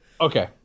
Okay